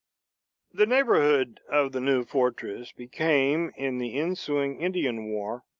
the neighborhood of the new fortress became, in the ensuing indian war,